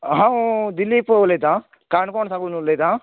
हांव दिलीप उलयतां काणकोण साकून उलयतां